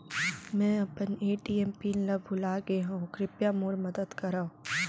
मै अपन ATM PIN ला भूलागे हव, कृपया मोर मदद करव